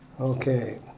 Okay